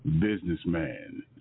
businessman